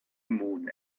moon